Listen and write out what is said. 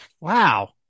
Wow